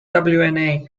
wna